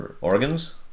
organs